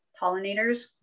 pollinators